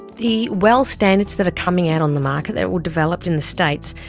the well standards that are coming out on the market that were developed in the states,